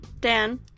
Dan